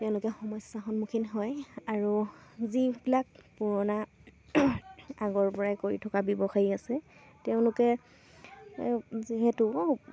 তেওঁলোকে সমস্যাৰ সন্মুখীন হয় আৰু যিবিলাক পুৰণা আগৰপৰাই কৰি থকা ব্যৱসায়ী আছে তেওঁলোকে যিহেতু